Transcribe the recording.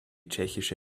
tschechische